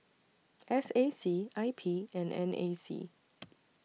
S A C I P and N A C